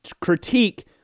critique